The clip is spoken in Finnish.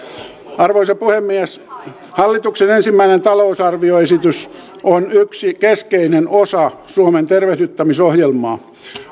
arvoisa puhemies hallituksen ensimmäinen talousarvioesitys on yksi keskeinen osa suomen tervehdyttämisohjelmaa